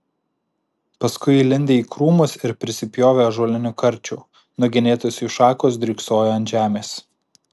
paskui įlindę į krūmus ir prisipjovę ąžuolinių karčių nugenėtos jų šakos dryksojo ant žemės